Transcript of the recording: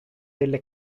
delle